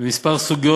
בכמה סוגיות,